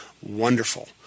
wonderful